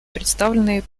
представленные